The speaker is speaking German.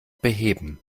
beheben